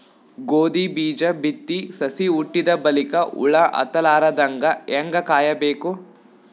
ಗೋಧಿ ಬೀಜ ಬಿತ್ತಿ ಸಸಿ ಹುಟ್ಟಿದ ಬಲಿಕ ಹುಳ ಹತ್ತಲಾರದಂಗ ಹೇಂಗ ಕಾಯಬೇಕು?